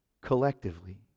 collectively